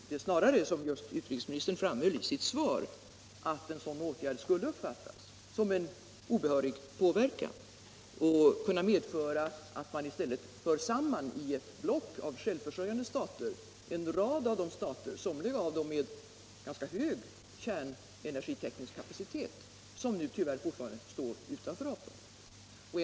Snarare skulle den, just som utrikesministern framhöll i sitt svar, uppfattas som en obehörig påverkan och kunna medföra att man i stället för samman i ett block av självförsörjande stater en rad av länder — somliga med ganska hög kärnenergiteknisk kapacitet — som dess värre fortfarande står utanför avtalet.